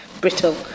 brittle